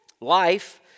life